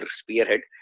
spearhead